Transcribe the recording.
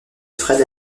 fred